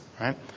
right